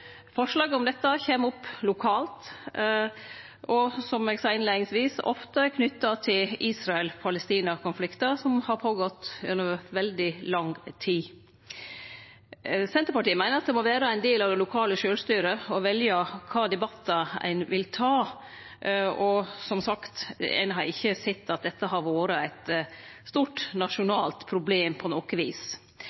om dette kjem opp lokalt, og som eg sa innleiingsvis, er dei ofte knytte til Israel–Palestina-konflikten, som har gått føre seg over veldig lang tid. Senterpartiet meiner at det må vere ein del av det lokale sjølvstyret å velje kva debattar ein vil ta. Som sagt har ein ikkje sett at dette har vore eit stort